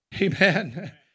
Amen